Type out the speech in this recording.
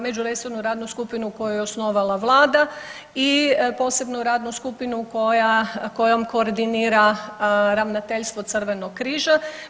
Međuresornu radnu skupinu koju je osnovala vlada i posebnu radnu skupinu koja, kojom koordinira ravnateljstvo Crvenog križa.